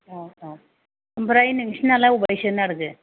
अ अ ओमफ्राय नोंसोरनालाय अबेहाय सोनो नागिरखो